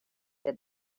that